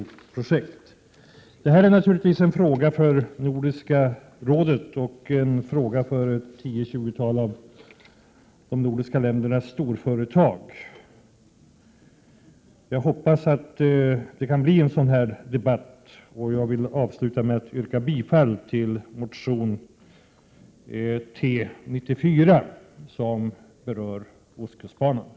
Detta är naturligtvis en fråga för Nordiska rådet och en fråga för ett tio-tjugotal av de nordiska ländernas storföretag. Jag hoppas att det kan bli en debatt om saken. Jag vill avsluta med att yrka bifall till motion T94, som berör ostkustbanan.